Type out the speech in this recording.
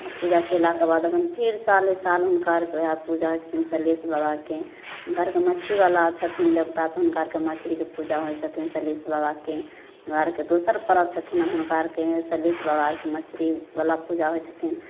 पूजा कएलाके बाद अपन फिर सालेसाल हुनका आओरके वएह पूजा होइ छथिन सलहेस बाबाके हुनका आओरके मछरीवला छथिन देवता तऽ हुनका आओरके मछरीके पूजा होइ छथिन सलहेस बाबाके हमरा आओरके दोसर परब छथिन आओर हुनका आओरके सलहेस बाबा छथिन मछरीवला पूजा होइ छथिन